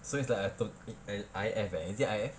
so it's like I took it I F eh is it I F